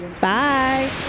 Bye